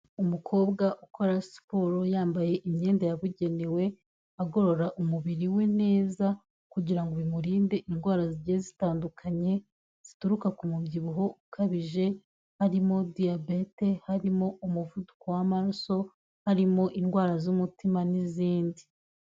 Umukobwa ukora siporo yambaye imyenda yabugenewe, agorora umubiri we neza kugira ngo bimurinde indwara zigiye zitandukanye zituruka ku mubyibuho ukabije, harimo diyabete, harimo umuvuduko w'amaraso, harimo indwara z'umutima n'izindi.